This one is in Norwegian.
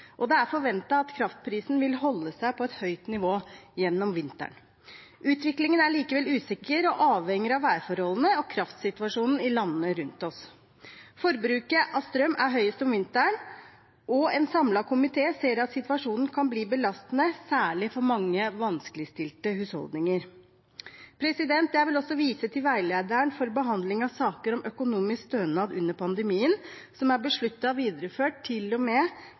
Det er forventet at kraftprisen vil holde seg på et høyt nivå gjennom vinteren. Utviklingen er likevel usikker og avhenger av værforholdene og kraftsituasjonen i landene rundt oss. Forbruket av strøm er høyest om vinteren, og en samlet komité ser at situasjonen kan bli belastende, særlig for mange vanskeligstilte husholdninger. Jeg vil også vise til veilederen for behandling av saker om økonomisk stønad under pandemien, som er besluttet videreført